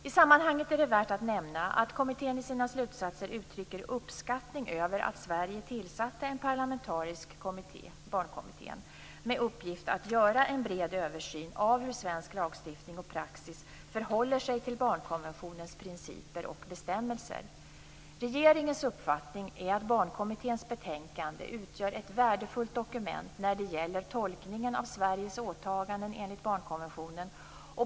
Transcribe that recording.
I sammanhanget är det värt att nämna att kommittén i sina slutsatser uttrycker uppskattning över att Sverige tillsatte en parlamentarisk kommitté, Barnkommittén, med uppgift att göra en bred översyn av hur svensk lagstiftning och praxis förhåller sig till barnkonventionens principer och bestämmelser. Regeringens uppfattning är att Barnkommitténs betänkande utgör ett värdefullt dokument när det gäller tolkningen av Sveriges åtaganden enligt barnkonventionen.